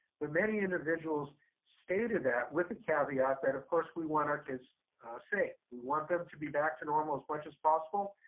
but many individuals stated that with the caveat that, of course, we want our kids safe. we want them to be back to normal as much as possible,